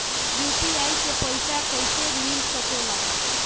UPI से पइसा कईसे मिल सके ला?